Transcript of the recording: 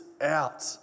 out